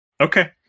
Okay